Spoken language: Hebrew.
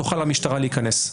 תוכל המשטרה להיכנס.